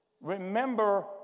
Remember